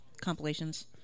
compilations